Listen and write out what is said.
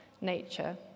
nature